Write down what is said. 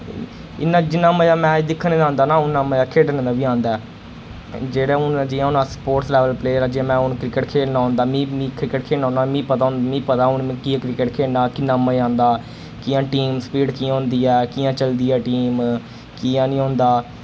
इन्ना जिन्ना मजा मैच दिक्खने दा आंदा न उन्ना मजा खेढने दा बी आंदा ऐ जेह्ड़े हुन जियां हुन अस स्पोर्ट्स लैवल प्लेयर आं जि'यां मैं हुन क्रिकेट खेलना होंदा मि मि क्रिकेट खेलना होना मि पता हुन मि पता हुन मैं कि'यां क्रिकेट खेलना किन्ना मजा आंदा कि'यां टीमस्पिरिट कि'यां होंदी ऐ कि'यां चलदी ऐ टीम कि'यां नि होंदा